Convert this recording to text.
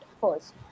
first